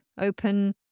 Open